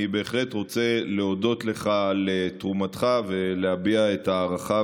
אני בהחלט רוצה להודות לך על תרומתך ולהביע את ההערכה